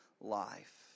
life